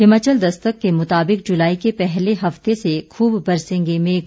हिमाचल दस्तक के मुताबिक जुलाई के पहले हफ्ते से खूब बरसेंगे मेघ